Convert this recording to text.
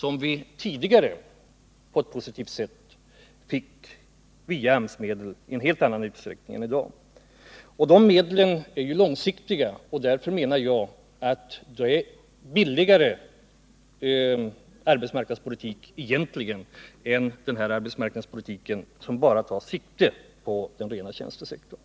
Pengar till sådant fick vi tidigare via AMS-medel i en helt annan utsträckning än i dag. Dessa medel är långsiktiga, och därför menar jag att det egentligen är en bättre arbetsmarknadspolitik att betala ut medel till sådant än att föra en politik som bara tar sikte på den rena tjänstesektorn.